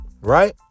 right